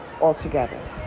altogether